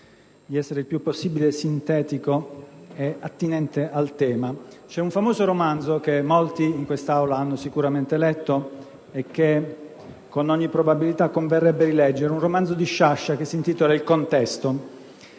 di essere il più possibile sintetico ed attinente al tema. C'è un famoso romanzo, che molti in quest'Aula hanno sicuramente letto e che, con ogni probabilità, converrebbe rileggere. È un romanzo di Sciascia, che si intitola «Il contesto»;